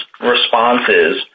responses